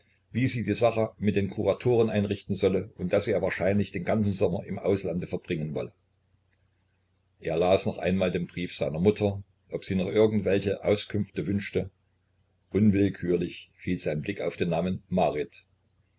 wie sie die sache mit den kuratoren einrichten solle und daß er wahrscheinlich den ganzen sommer im auslande verbringen wolle er las noch einmal den brief seiner mutter ob sie noch irgend welche auskunft wünschte unwillkürlich fiel sein blick auf den namen marit